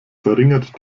verringert